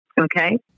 Okay